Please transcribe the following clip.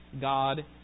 God